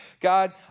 God